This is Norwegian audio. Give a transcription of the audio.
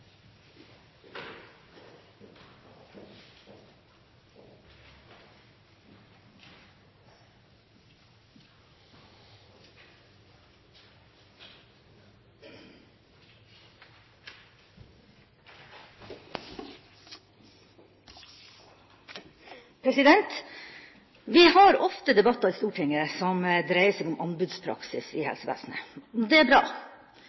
for pasientene. Vi har ofte debatter i Stortinget som dreier seg om anbudspraksis i helsevesenet. Det er bra.